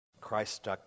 Christ